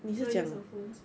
we can't use our phones